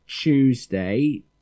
Tuesday